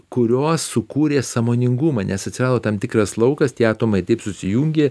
kurios sukūrė sąmoningumą nes atsirado tam tikras laukas tie atomai taip susijungė